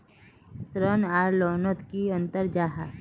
ऋण आर लोन नोत की अंतर जाहा?